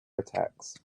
attacks